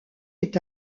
est